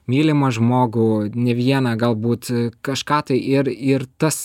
mylimą žmogų ne vieną galbūt kažką tai ir ir tas